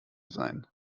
sein